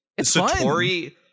Satori